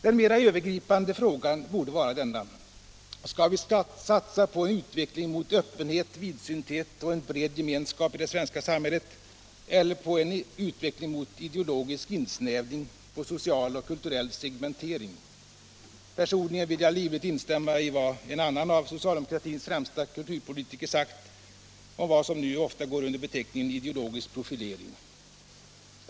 Den mera övergripande frågan borde vara denna: Skall vi satsa på en utveckling mot öppenhet, vidsynthet och en bred gemenskap i det svenska samhället eller på en utveckling mot ideologisk insnävning och social och kulturell segmentering? Personligen vill jag livligt instämma i vad en annan av socialdemokratins främsta kulturpolitiker sagt om vad som nu ofta går under beteckningen ideologisk profilering.